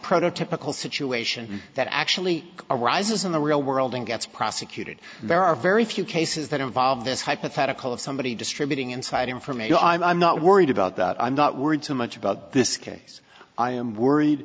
prototypical situation that actually arises in the real world and gets prosecuted there are very few cases that involve this hypothetical of somebody distributing inside information i'm not worried about that i'm not worried too much about this case i am worried